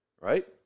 right